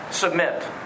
Submit